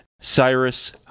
Cyrus